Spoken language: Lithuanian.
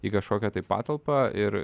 į kažkokią tai patalpą ir